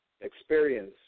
experience